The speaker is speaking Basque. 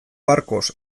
barkos